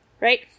right